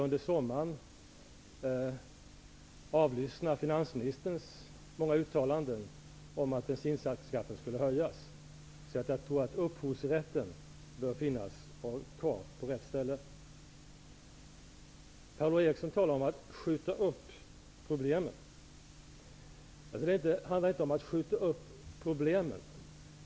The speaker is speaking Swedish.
Under sommaren kunde vi avlyssna finansministerns många uttalanden om att bensinskatten skulle höjas. Upphovsrätten bör finnas på rätt ställe. Per-Ola Eriksson talar om att skjuta upp problemen. Det handlar inte om att skjuta upp problemen.